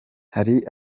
hari